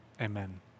amen